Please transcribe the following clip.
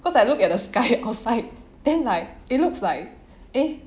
cause I look at the sky I was like then like it looks like eh